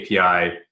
API